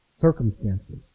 circumstances